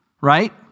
right